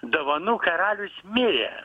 dovanų karalius mirė